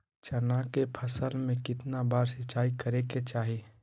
चना के फसल में कितना बार सिंचाई करें के चाहि?